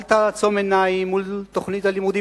אל תעצום עיניים מול תוכנית הלימודים